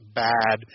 bad